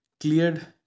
Cleared